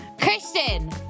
Christian